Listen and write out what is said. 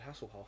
Hasselhoff